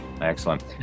Excellent